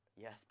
yes